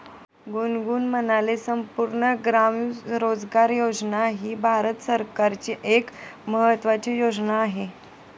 गुनगुन म्हणाले, संपूर्ण ग्राम रोजगार योजना ही भारत सरकारची एक महत्त्वाची योजना आहे